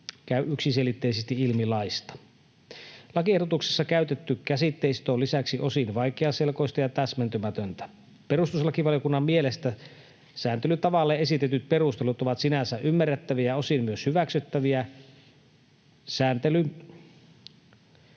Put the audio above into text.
käy yksiselitteisesti ilmi laista. Lakiehdotuksessa käytetty käsitteistö on lisäksi osin vaikeaselkoista ja täsmentymätöntä. Perustuslakivaliokunnan mielestä sääntelytavalle esitetyt perustelut ovat sinänsä ymmärrettäviä ja osin myös hyväksyttäviä. Sääntely